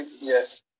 yes